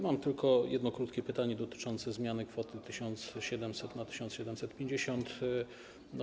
Mam tylko jedno krótkie pytanie dotyczące zmiany kwoty z 1700 zł na 1750 zł.